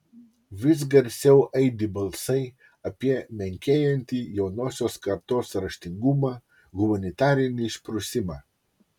vis garsiau aidi balsai apie menkėjantį jaunosios kartos raštingumą humanitarinį išprusimą